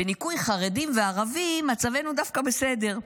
בניכוי חרדים וערבים, מצבנו דווקא בסדר.